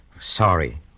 Sorry